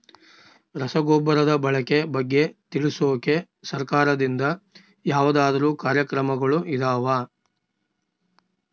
ರಸಗೊಬ್ಬರದ ಬಳಕೆ ಬಗ್ಗೆ ತಿಳಿಸೊಕೆ ಸರಕಾರದಿಂದ ಯಾವದಾದ್ರು ಕಾರ್ಯಕ್ರಮಗಳು ಇದಾವ?